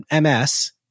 MS